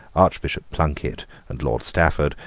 archbishop plunkett and lord stafford,